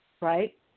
right